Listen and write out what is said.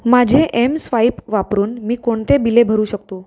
माझे एमस्वाईप वापरून मी कोणते बिले भरू शकतो